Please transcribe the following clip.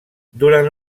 durant